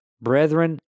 Brethren